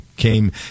came